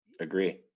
Agree